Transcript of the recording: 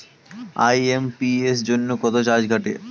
IMPS জন্য কত charge কাটে?